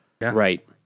Right